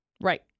Right